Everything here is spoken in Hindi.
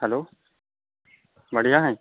हलो बढ़िया है